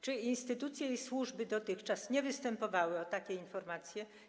Czy instytucje i służby dotychczas nie występowały o takie informacje?